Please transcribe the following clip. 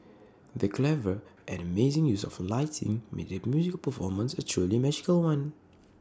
the clever and amazing use of lighting made the musical performance A truly magical one